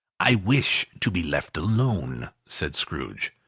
i wish to be left alone, said scrooge.